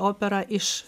operą iš